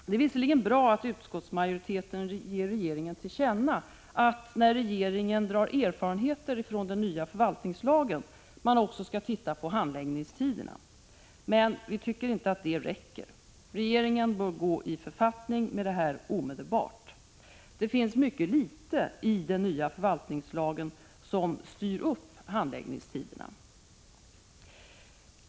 Det är visserligen bra att utskottsmajoriteten ger regeringen till känna, att när regeringen drar erfarenheter av den nya förvaltningslagen skall den också titta på handläggningstiderna. Vi tycker dock inte att det räcker — regeringen bör gå i författning med detta omedelbart. Det finns mycket litet i den nya förvaltningslagen som styr handläggningstiderna.